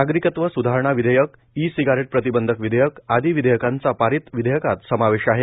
नागरिकत्व सुधारणा विधेयक ई सिगारेट प्रतिबंधक विधेयक आदि विधेयकांचा पारित विधेयकांत समावेश आहे